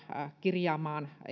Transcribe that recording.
kirjaamaan